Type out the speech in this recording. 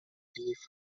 leaf